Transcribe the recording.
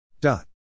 Dot